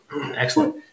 excellent